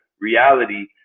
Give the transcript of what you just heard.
reality